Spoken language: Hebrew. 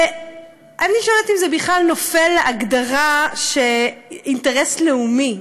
ואני שואלת אם זה בכלל נופל להגדרה של אינטרס לאומי.